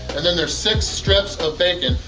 and then there's six strips of bacon!